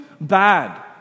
bad